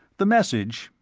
the message,